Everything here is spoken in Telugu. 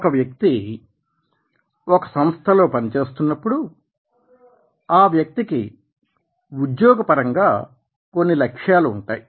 ఒక వ్యక్తి ఒక సంస్థలో పని చేస్తున్నప్పుడు ఆ వ్యక్తికి ఉద్యోగపరంగా కొన్ని లక్ష్యాలు ఉంటాయి